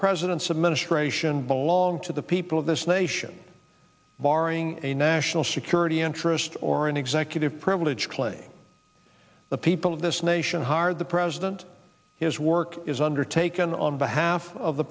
president's administration bowl long to the people of this nation barring a national security interest or an executive privilege play the people of this nation hard the president his work is undertaken on behalf of the